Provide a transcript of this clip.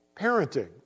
parenting